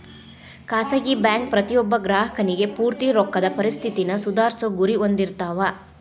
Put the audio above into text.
ಖಾಸಗಿ ಬ್ಯಾಂಕ್ ಪ್ರತಿಯೊಬ್ಬ ಗ್ರಾಹಕನಿಗಿ ಪೂರ್ತಿ ರೊಕ್ಕದ್ ಪರಿಸ್ಥಿತಿನ ಸುಧಾರ್ಸೊ ಗುರಿ ಹೊಂದಿರ್ತಾವ